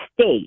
state